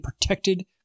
protected